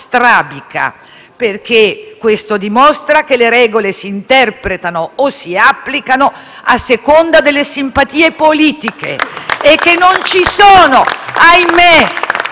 perché questo dimostra che le regole si interpretano o si applicano a seconda delle simpatie politiche e che non ci sono - ahimè